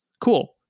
Cool